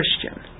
Christian